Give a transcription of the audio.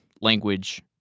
language